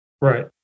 Right